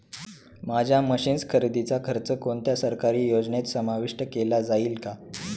माझ्या मशीन्स खरेदीचा खर्च कोणत्या सरकारी योजनेत समाविष्ट केला जाईल का?